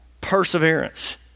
Perseverance